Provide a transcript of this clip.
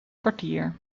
kwartier